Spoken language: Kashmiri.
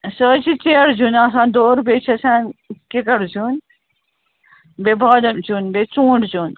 سُہ حظ چھِ چٮ۪رٕ زیُن آسان دوٚر بیٚیہِ چھِ آسان کِکر زیُن بیٚیہِ بادل زیُن بیٚیہِ ژوٗنٛٹھۍ زیُن